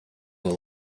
will